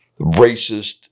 racist